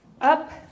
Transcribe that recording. up